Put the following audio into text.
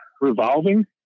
revolving